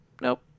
nope